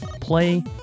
play